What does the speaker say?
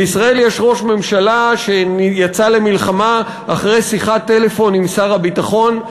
בישראל יש ראש ממשלה שיצא למלחמה אחרי שיחת טלפון עם שר הביטחון.